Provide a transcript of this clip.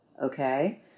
Okay